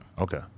Okay